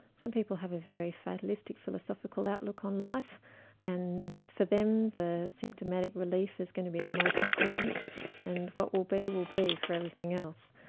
some people have a very fatalistic philosophical outlook on life and for them the symptomatic relief is going to be the most important and what will be will be for everything else.